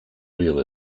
real